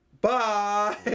Bye